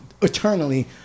eternally